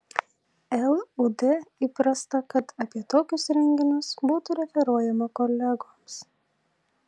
lud įprasta kad apie tokius renginius būtų referuojama kolegoms